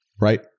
right